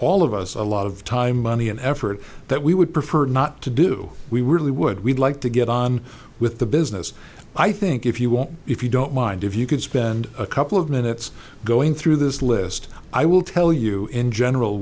all of us a lot of time money and effort that we would prefer not to do we really would we'd like to get on with the business i think if you want if you don't mind if you could spend a couple of minutes going through this list i will tell you in general